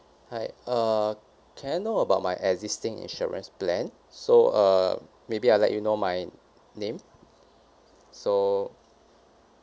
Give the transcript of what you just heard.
hi uh can I know about my existing insurance plan so uh maybe I let you know my name so